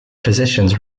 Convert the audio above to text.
physicians